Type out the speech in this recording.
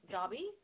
Dobby